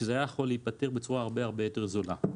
כשזה היה יכול להיפתר בצורה הרבה הרבה יותר זולה.